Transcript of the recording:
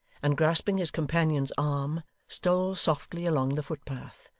and grasping his companion's arm, stole softly along the footpath,